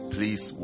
Please